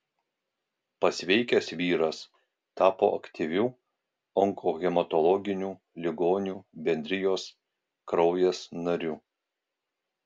pasveikęs vyras tapo aktyviu onkohematologinių ligonių bendrijos kraujas nariu